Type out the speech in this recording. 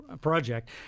project